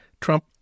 Trump